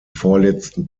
vorletzten